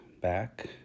back